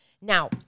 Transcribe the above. Now